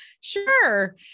Sure